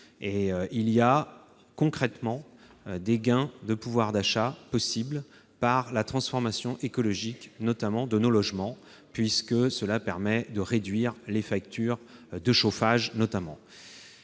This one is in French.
Il y a concrètement des gains de pouvoir d'achat possibles par la transformation écologique, notamment celle de nos logements, qui permet notamment de réduire les factures de chauffage.